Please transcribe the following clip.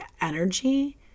energy